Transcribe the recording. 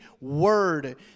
word